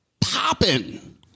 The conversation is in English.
popping